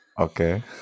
Okay